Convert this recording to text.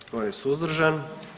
Tko je suzdržan?